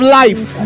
life